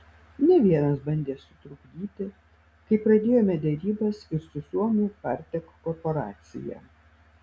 ne vienas bandė sutrukdyti kai pradėjome derybas ir su suomių partek korporacija